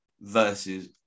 versus